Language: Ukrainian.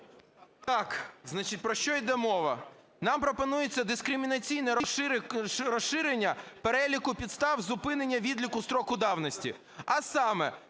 О.О. Значить, про що йде мова? Нам пропонується дискримінаційне розширення переліку підстав зупинення відліку строку давності, а саме: